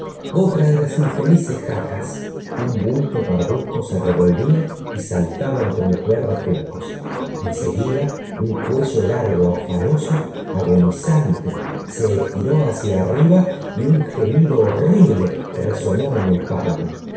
otra de las infelices jacas un bulto pardusco se revolvía y saltaba entre los verdes juncos en seguida un cuello largo afanoso agonizante se estiró hacia arriba y un gemido horrible resonó en el páramo